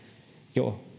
jo